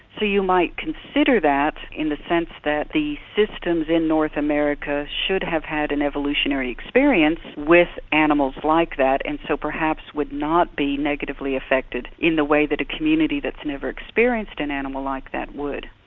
you might consider that in the sense that the systems in north america should have had an evolutionary experience with animals like that and so perhaps would not be negatively affected in the way that a community that's never experienced an animal like that would.